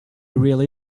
really